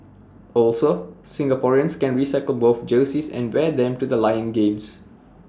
also Singaporeans can recycle both jerseys and wear them to the lions games